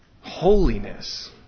Holiness